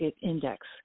Index